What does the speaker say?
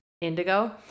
Indigo